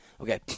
Okay